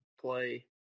play